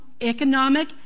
economic